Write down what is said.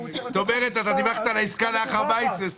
זאת אומרת שאתה דיווחת על העסקה לאחר מעשה.